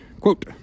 Quote